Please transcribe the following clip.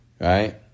right